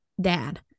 dad